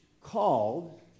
called